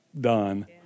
done